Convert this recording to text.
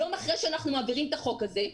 יום אחרי שאנחנו מעבירים את החוק הזה,